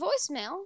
voicemail